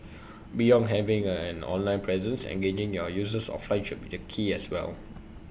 beyond having an online presence engaging your users offline should be the key as well